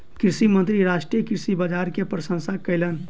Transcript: कृषि मंत्री राष्ट्रीय कृषि बाजार के प्रशंसा कयलैन